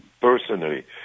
personally